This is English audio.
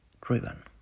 driven